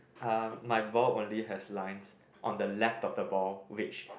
um my ball only has lines on the left of the ball which